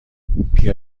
بیا